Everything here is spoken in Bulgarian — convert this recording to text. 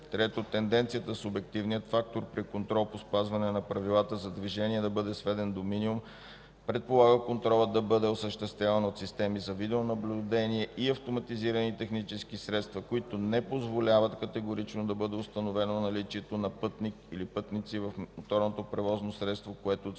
- тенденцията субективният фактор при контрол по спазване на правилата за движение да бъде сведен до минимум предполага контролът да бъде осъществяван от системи за видеонаблюдение и автоматизирани технически средства, които не позволяват категорично да бъде установено наличието на пътник/пътници в МПС, което, от своя